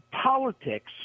Politics